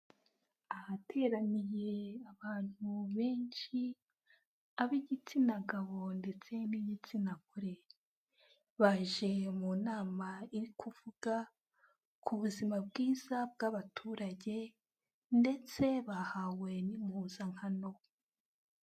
Ahateraniye abantu benshi ab'igitsina gabo ndetse n'igitsina gore, baje mu nama iri kuvuga ku buzima bwiza bw'abaturage ndetse bahawe n'impuzankano.